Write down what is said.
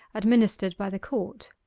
administered by the court.